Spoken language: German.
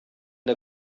der